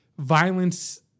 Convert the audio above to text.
Violence